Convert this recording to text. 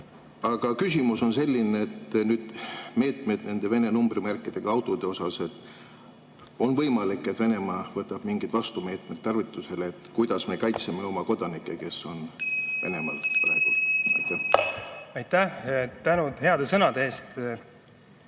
Aga küsimus on selline. Nüüd on meetmed nende Vene numbrimärkidega autode osas, aga on võimalik, et Venemaa võtab mingeid vastumeetmeid tarvitusele. Kuidas me kaitseme oma kodanikke, kes on praegu Venemaal? Aitäh! Tänud heade sõnade eest!